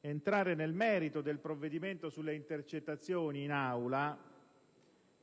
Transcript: entrare nel merito del provvedimento sulle intercettazioni in Aula